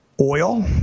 Oil